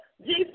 Jesus